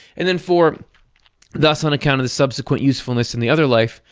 and then four thus on account of the subsequent usefulness in the other life,